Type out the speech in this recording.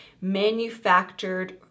manufactured